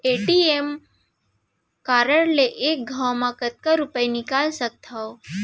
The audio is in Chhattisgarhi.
ए.टी.एम कारड ले एक घव म कतका रुपिया निकाल सकथव?